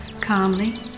Calmly